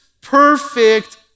perfect